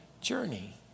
journey